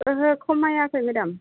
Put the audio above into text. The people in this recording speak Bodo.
ओहो खमायाखै मेडाम